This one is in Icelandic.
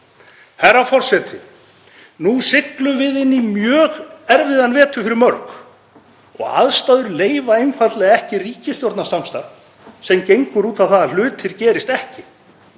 Herra forseti. Nú siglum við inn í mjög erfiðan vetur fyrir mörg og aðstæður leyfa einfaldlega ekki ríkisstjórnarsamstarf sem gengur út á að hlutir gerist ekki.